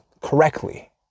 correctly